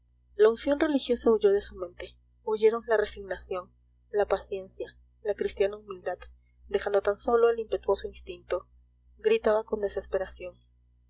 la unción religiosa huyó de su mente huyeron la resignación la paciencia la cristiana humildad dejando tan sólo el impetuoso instinto gritaba con desesperación